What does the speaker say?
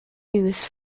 used